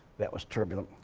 that was turbulent.